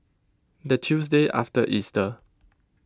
the Tuesday after Easter